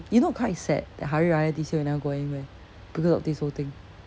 you know quite sad that hari raya this year we never go anywhere because of this whole thing